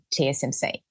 TSMC